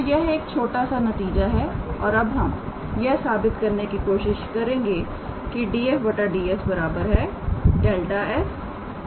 तो यह एक छोटा सा नतीजा है और और अब हम यह साबित करने की कोशिश करेंगे कि यह 𝑑𝑓 𝑑𝑠 ∇⃗ 𝑓𝑃 𝑎̂ कैसे होता है